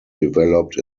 developed